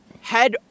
head